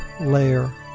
layer